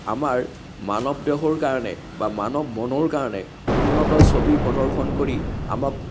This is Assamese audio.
আমাৰ মানৱ দেহৰ কাৰণে বা মানৱ মনৰ কাৰণে উন্নত ছবি প্ৰদৰ্শন কৰি আমাক